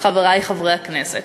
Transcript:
חברי חברי הכנסת,